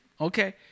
okay